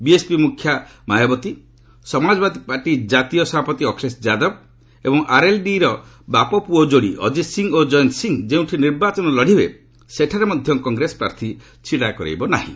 BSP ମୁଖ୍ୟ Mayawati Samajwadi Party ଜାତୀୟ ସଭାପତି ଅଖିଳେଶ ଯାଦବ ଏବଂ ଆର୍ଏଲ୍ଡିର ବାପାପ୍ରଅ ଯୋଡ଼ି ଅଜିତ୍ ସିଂହ ଓ ଜୟନ୍ତ ସିଂହ ଯେଉଁଠୁ ନିର୍ବାଚନ ଲଢ଼ିବେ ସେଠାରେ ମଧ୍ୟ କଂଗ୍ରେସ ପ୍ରାର୍ଥୀ ଛିଡ଼ା କରାଇବ ନାହିଁ